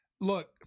look